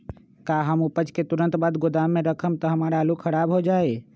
का हम उपज के तुरंत बाद गोदाम में रखम त हमार आलू खराब हो जाइ?